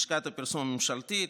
לשכת הפרסום הממשלתית,